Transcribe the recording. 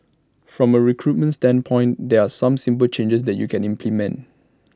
from A recruitment standpoint there are some simple changes that you can implement